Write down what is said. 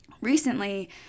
recently